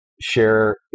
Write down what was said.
share